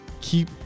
keep